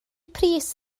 pris